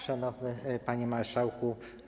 Szanowny Panie Marszałku!